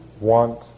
want